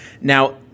Now